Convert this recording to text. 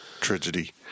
tragedy